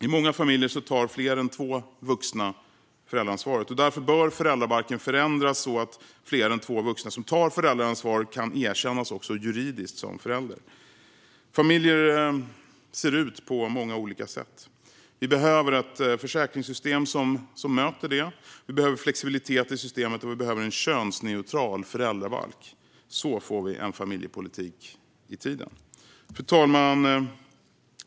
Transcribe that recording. I många familjer tar fler än två vuxna föräldraansvaret. Därför bör föräldrabalken förändras så att fler än två vuxna som tar föräldraansvar också kan erkännas juridiskt som föräldrar. Familjer ser ut på många olika sätt. Vi behöver ett försäkringssystem som möter det. Vi behöver flexibilitet i systemet. Vi behöver en könsneutral föräldrabalk. Så får vi en familjepolitik i tiden. Fru talman!